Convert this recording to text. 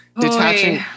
Detaching